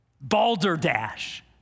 Balderdash